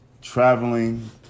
traveling